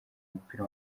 mupira